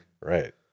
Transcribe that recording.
Right